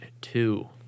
two